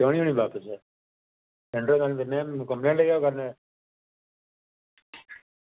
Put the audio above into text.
क्यों निं होनी बापस ऐ